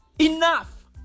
Enough